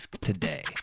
today